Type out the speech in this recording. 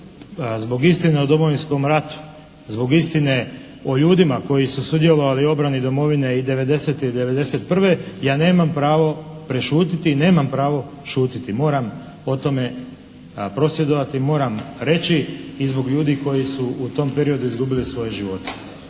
zbog istine o Domovinskom ratu, zbog istine o ljudima koji su sudjelovali u obrani domovine i '90. i '91. ja nemam pravo prešutiti i nemam pravo šutjeti. Moram o tome prosvjedovati, moram reći i zbog ljudi koji su u tom periodu izgubili svoje živote.